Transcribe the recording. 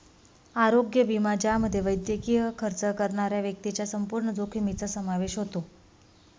आरोग्य विमा ज्यामध्ये वैद्यकीय खर्च करणाऱ्या व्यक्तीच्या संपूर्ण जोखमीचा समावेश होतो